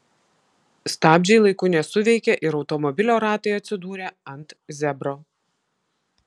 stabdžiai laiku nesuveikė ir automobilio ratai atsidūrė ant zebro